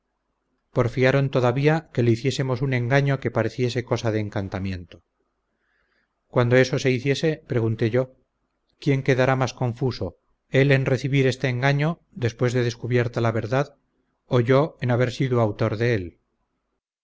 ignorancia porfiaron todavía que le hiciésemos un engaño que pareciese cosa de encantamiento cuando eso se hiciese pregunté yo quién quedará más confuso él en recibir este engaño después de descubierta la verdad o yo en haber sido autor de él